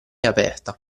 aperta